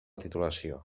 titulació